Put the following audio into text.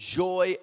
joy